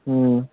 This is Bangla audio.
হুম